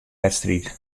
wedstriid